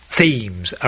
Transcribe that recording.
themes